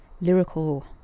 lyrical